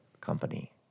company